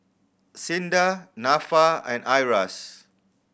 SINDA Nafa and IRAS